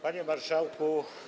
Panie Marszałku!